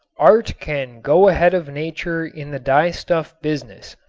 art can go ahead of nature in the dyestuff business.